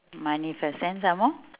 money first then some more